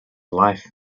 life